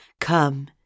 come